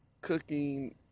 cooking